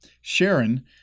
Sharon